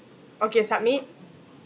okay submit